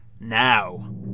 now